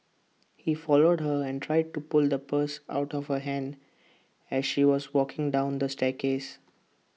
he followed her and tried to pull the purse out of her hand as she was walking down the staircase